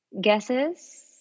guesses